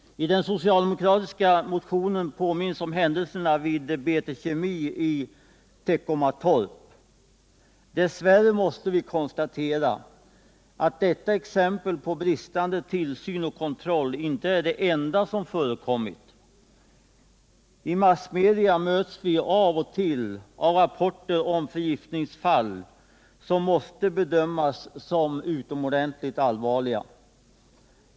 I den socialdemokratiska motionen påminns om händelserna vid BT Kemi i Teckomatorp. Dess värre måste vi konstatera att detta exempel på bristande tillsyn och kontroll inte är det enda som förekommit. I massmedia möts vi av och till av rapporter om förgiftningsfall som måste bedömas som utomor Nr 110 dentligt allvarliga.